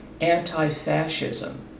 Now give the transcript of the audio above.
anti-fascism